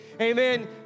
Amen